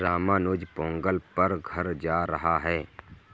रामानुज पोंगल पर घर जा रहा है